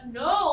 no